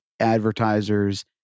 Advertisers